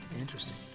Interesting